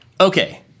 Okay